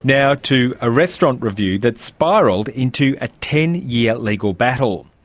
now to a restaurant review that spiralled into a ten year legal battle.